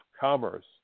commerce